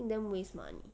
damn waste money